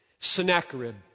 Sennacherib